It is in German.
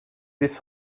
bis